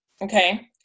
okay